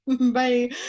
Bye